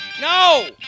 No